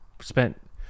spent